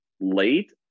late